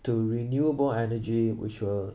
to renewable energy which will